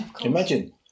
Imagine